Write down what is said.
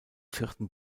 vierten